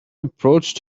approached